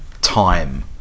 time